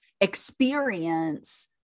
experience